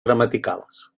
gramaticals